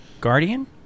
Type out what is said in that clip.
Guardian